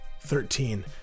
Thirteen